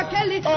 Kelly